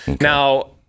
Now